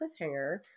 cliffhanger